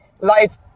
life